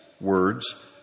words